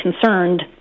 concerned